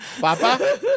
Papa